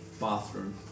bathroom